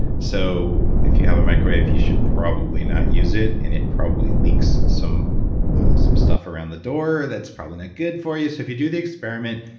so, if you have a microwave, you should probably not use it and it probably leaks some some stuff around the door that's probably not good for you. so, if you do the experiment,